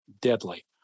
deadly